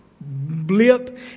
blip